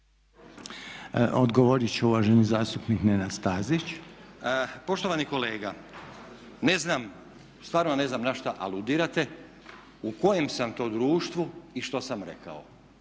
Odgovorit će uvaženi zastupnik Nenad Stazić. **Stazić, Nenad (SDP)** Poštovani kolega, ne znam, stvarno ne znam na šta aludirate, u kojem sam to društvu i što sam rekao.